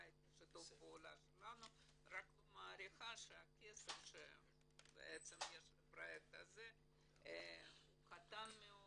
הפעולה שלנו רק לא מעריכה את הכסף שיש לפרויקט הזה הוא קטן מאוד,